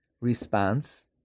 response